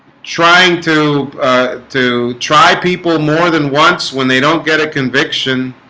trying to to try people more than once when they don't get a conviction